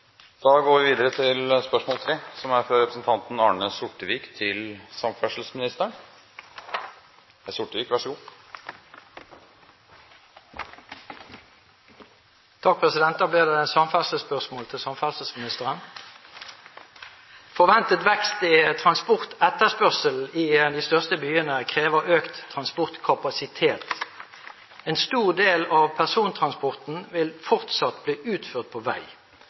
er heilt sikkert. Da blir det et samferdselsspørsmål til samferdselsministeren: «Forventet vekst i transportetterspørsel i de største byene krever økt transportkapasitet. En stor del av persontransporten vil fortsatt bli utført på vei.